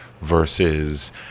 versus